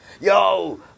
Yo